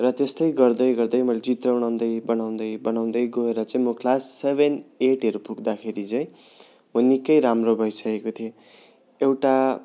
र त्यस्तै गर्दै गर्दै मैले चित्र बनाउँदै बनाउँदै बनाउँदै गएर चाहिँ म क्लास सेभेन एटहरू पुग्दाखेरि चाहिँ म निक्कै राम्रो भइसकेको थिएँ एउटा